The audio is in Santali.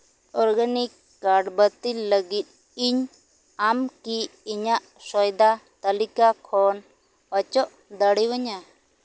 ᱚᱨᱜᱟᱱᱤᱠ ᱠᱟᱨᱰ ᱵᱟᱹᱛᱤᱞ ᱞᱟᱹᱜᱤᱫ ᱤᱧ ᱟᱢ ᱠᱤ ᱤᱧᱟᱹᱜ ᱥᱚᱭᱫᱟ ᱛᱟᱹᱞᱤᱠᱟ ᱠᱷᱚᱱ ᱚᱪᱚᱜ ᱫᱟᱲᱮᱭᱟᱹᱧᱟ